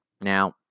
Now